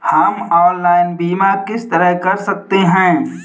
हम ऑनलाइन बीमा किस तरह कर सकते हैं?